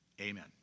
Amen